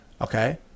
okay